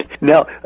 Now